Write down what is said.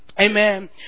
Amen